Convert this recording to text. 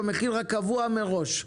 במחיר הקבוע מראש.